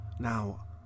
Now